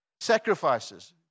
Sacrifices